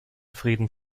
frieden